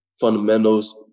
fundamentals